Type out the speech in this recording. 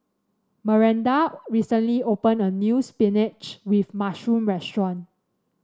Miranda recently opened a new spinach with mushroom restaurant